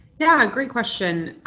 yeah, great question.